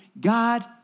God